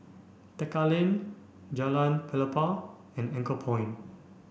Tekka Lane Jalan Pelepah and Anchorpoint